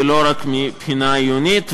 ולא רק מהבחינה העיונית,